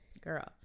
Girl